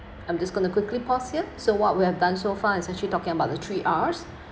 I'm just going to quickly pause here so what we have done so far is actually talking about the three Rs